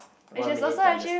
which is also actually